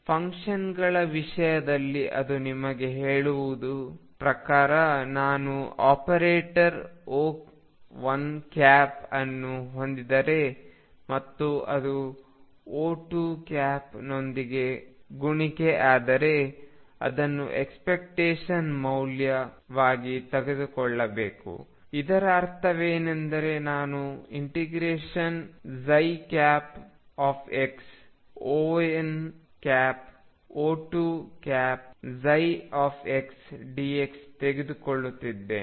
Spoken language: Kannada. ಫಂಕ್ಷನ್ಗಳ ವಿಷಯದಲ್ಲಿ ಅದು ನಿಮಗೆ ಹೇಳುವ ಪ್ರಕಾರ ನಾನು ಆಪರೇಟರ್ O1 ಅನ್ನು ಹೊಂದಿದ್ದರೆ ಮತ್ತು ಅದು O2 ನೊಂದಿಗೆ ಕುಣಿಕೆ ಆದರೆ ಅದನ್ನು ಎಕ್ಸ್ಪೆಕ್ಟೇಶನ್ ಮೌಲ್ಯವಾಗಿ ತೆಗೆದುಕೊಳ್ಳಬೇಕು ಇದರ ಅರ್ಥವೇನೆಂದರೆ ನಾನು ∫xO1O2ψdx ತೆಗೆದುಕೊಳ್ಳುತ್ತಿದ್ದೇನೆ